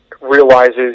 realizes